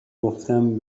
گفتم